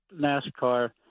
NASCAR